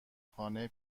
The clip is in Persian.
خانه